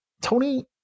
Tony